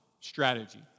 strategy